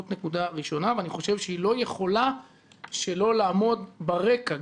זאת נקודה ראשונה ואני חושב שהיא לא יכולה שלא לעמוד ברקע,